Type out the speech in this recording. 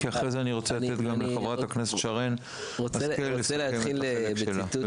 כי אחרי זה אני רוצה לתת לחברת הכנסת שרן השכל להציג גם את החלק שלה.